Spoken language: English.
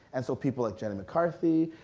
and so people like jenny mccarthy,